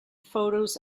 photos